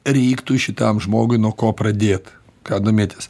reiktų šitam žmogui nuo ko pradėt ką domėtis